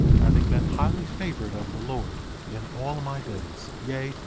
having been highly favored of the lord in all my days yea,